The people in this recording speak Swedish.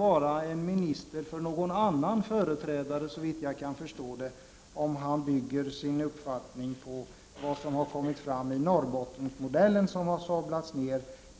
förstår måste han vara företrädare för någon annan, om han bygger sin uppfattning på vad som har kommit fram i Norrbottenmodellen. Den har ju sablats ned.